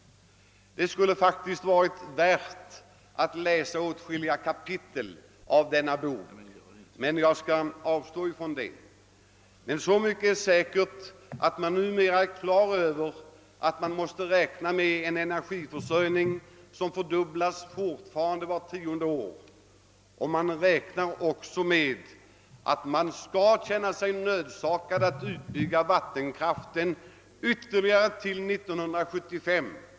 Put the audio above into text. Det skulle faktiskt ha varit värt att läsa upp åtskilliga kapitel i denna bok, men jag skall avstå från det. Så mycket är dock säkert, att man numera måste räkna med en energiförsörjning som fördubblas vart tionde år. I rapporten räknas det också med att vi blir nödsakade att utbygga vattenkraften ytterligare till 1975.